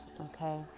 okay